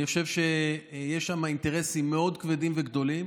אני חושב שיש שם אינטרסים מאוד כבדים וגדולים,